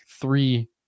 three